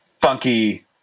funky